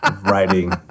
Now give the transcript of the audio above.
writing